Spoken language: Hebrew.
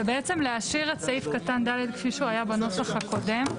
זה בעצם להשאיר את סעיף קטן (ד) כפי שהוא היה בנוסח הקודם.